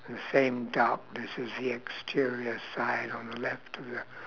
the same darkness as the exterior side on the left of the